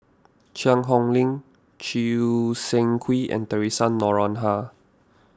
Cheang Hong Lim Choo Seng Quee and theresa Noronha